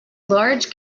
large